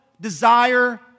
desire